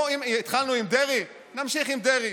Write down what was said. התחלנו עם דרעי, נמשיך עם דרעי.